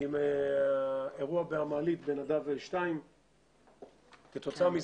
האירוע במעלית, וכתוצאה מכך